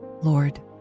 lord